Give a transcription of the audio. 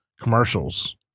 commercials